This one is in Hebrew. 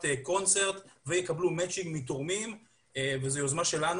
'קונצרט' והם יקבלו מצ'ינג מתורמים וזו יוזמה שלנו,